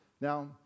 Now